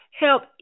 help